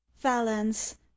valence